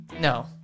No